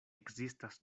ekzistas